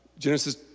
Genesis